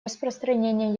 распространения